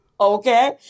okay